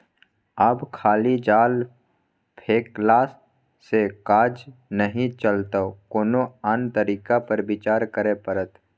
आब खाली जाल फेकलासँ काज नहि चलतौ कोनो आन तरीका पर विचार करय पड़त